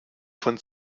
von